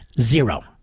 Zero